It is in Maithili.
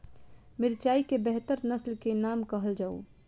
मिर्चाई केँ बेहतर नस्ल केँ नाम कहल जाउ?